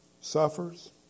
suffers